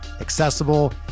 accessible